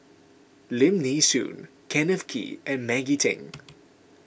Lim Nee Soon Kenneth Kee and Maggie Teng